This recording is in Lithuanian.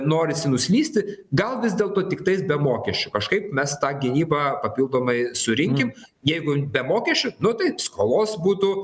norisi nuslysti gal vis dėlto tiktais be mokesčių kažkaip mes tą gynybą papildomai surinkim jeigu be mokesčių nu tai skolos būtų